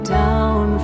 down